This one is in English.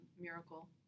miracle